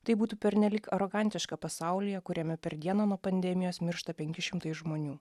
tai būtų pernelyg arogantiška pasaulyje kuriame per dieną nuo pandemijos miršta penki šimtai žmonių